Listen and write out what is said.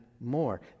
more